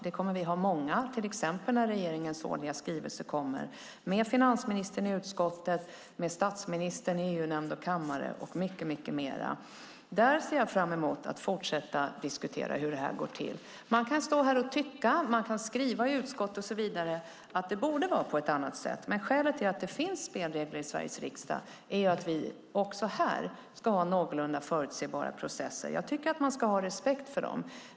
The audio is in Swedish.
Vi kommer att ha många sådana, till exempel när regeringens årliga skrivelse kommer. Vi kommer att ha debatt med finansministern i utskottet, med statsministern i EU-nämnd och kammare och mycket mer. Jag ser fram emot att fortsätta diskutera hur det här går till. Man kan stå här och tycka. Man kan skriva i utskott och så vidare att det borde vara på ett annat sätt. Men skälet till att det finns spelregler i Sveriges riksdag är att vi också här ska ha någorlunda förutsägbara processer. Jag tycker att man ska ha respekt för dem.